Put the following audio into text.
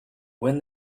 when